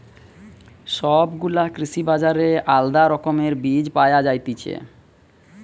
সব গুলা কৃষি বাজারে আলদা রকমের বীজ পায়া যায়তিছে